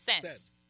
cents